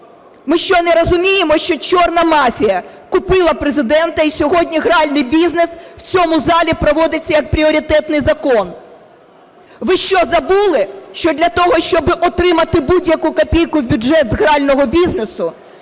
Ми що, не розуміємо, що чорна мафія купила Президента і сьогодні гральний бізнес в цьому залі проводиться як пріоритетний закон? Ви що, забули, що для того, щоб отримати будь-яку копійку в бюджет з грального бізнесу,